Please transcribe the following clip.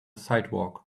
sidewalk